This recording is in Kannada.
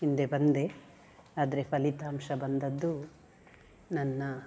ಹಿಂದೆ ಬಂದೆ ಆದರೆ ಫಲಿತಾಂಶ ಬಂದದ್ದು ನನ್ನ